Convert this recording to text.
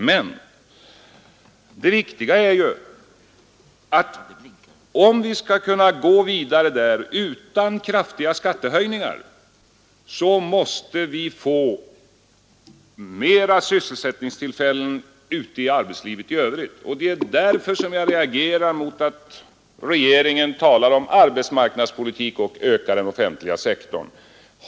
Men det viktiga är att om vi skall kunna gå vidare utan kraftiga skattehöjningar måste vi få fler sysselsättningstillfällen ute i arbetslivet i övrigt. Det är därför som jag reagerar mot att regeringen ensidigt talar om arbetsmarknadspolitik och en ökning av den offentliga sektorn.